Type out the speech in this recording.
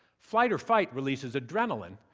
flight-or-fight releases adrenalin,